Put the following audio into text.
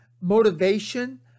motivation